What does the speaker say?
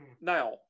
Now